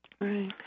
Right